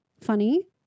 funny